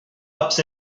ups